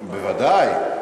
בוודאי.